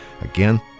Again